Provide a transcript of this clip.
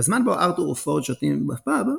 בזמן בו ארתור ופורד שותים בפאב,